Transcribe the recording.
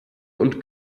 und